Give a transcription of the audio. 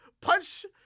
Punch